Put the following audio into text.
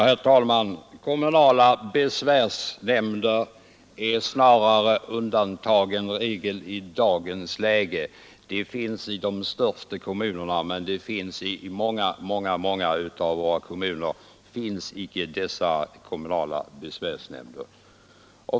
Herr talman! Kommunala besvärsnämnder är snarare undantag än regel i dagens läge. De finns i de största kommunerna, men många kommuner saknar sådana här besvärsnämnder.